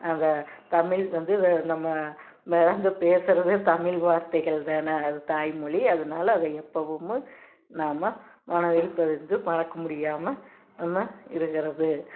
அந்த தமிழ் வந்து நம்ம நம்மலாம் அந்த பேசுகிறதே தமிழ் வார்த்தைகள் தான அது தாய்மொழி அதனால அத எப்பவும் நாம மனதில் பதித்து மறக்க முடியாமல் நம்ம இருக்கிறது